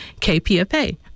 KPFA